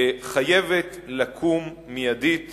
חייבת לקום מיידית